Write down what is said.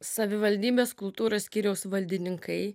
savivaldybės kultūros skyriaus valdininkai